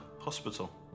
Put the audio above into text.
hospital